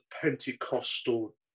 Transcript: Pentecostal